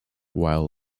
while